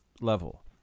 level